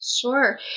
Sure